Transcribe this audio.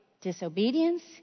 disobedience